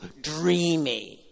dreamy